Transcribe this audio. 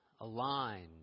aligned